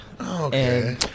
Okay